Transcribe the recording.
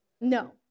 No